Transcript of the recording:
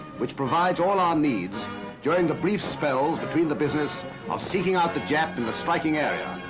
which provides all our needs during the brief spells between the business of seeking out the jap in the striking area.